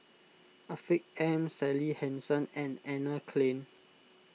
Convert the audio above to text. Afiq M Sally Hansen and Anne Klein